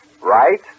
Right